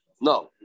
No